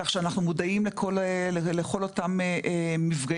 כך שאנחנו מודעים לכל אותם המפגעים,